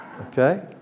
Okay